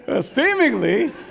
seemingly